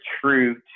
true